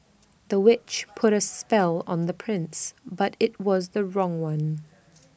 the witch put A spell on the prince but IT was the wrong one